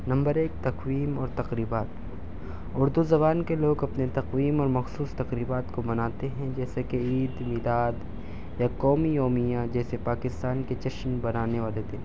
number ایک تقویم اور تقریبات اردو زبان کے لوگ اپنے تقویم اور مخصوص تقریبات کو مناتے ہیں جیسا کہ عید میلاد یا قومی یومیہ جیسے پاکستان کے جشن منانے والے دن